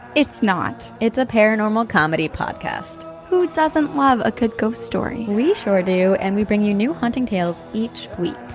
it's not. it's a paranormal comedy podcast. who doesn't love a good ghost story? we sure do, and we bring you new, haunting tales each week.